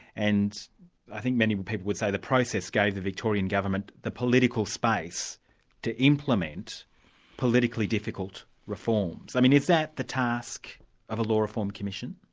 and i think many people would say the process gave the victorian government the political space to implement politically difficult reforms. i mean is that the task of a law reform commission?